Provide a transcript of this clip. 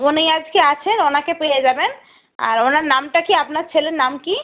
উনি আজকে আছেন ওনাকে পেয়ে যাবেন আর ওনার নামটা কী আপনার ছেলের নাম কী